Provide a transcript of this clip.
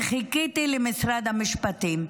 וחיכיתי למשרד המשפטים.